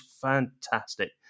fantastic